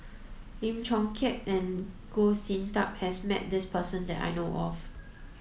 Lim Chong Keat and Goh Sin Tub has met this person that I know of